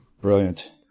Brilliant